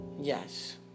Yes